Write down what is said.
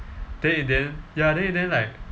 then in end ya then in the end like